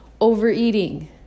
overeating